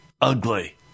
Ugly